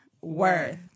worth